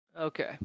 okay